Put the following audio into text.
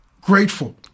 grateful